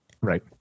right